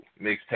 mixtape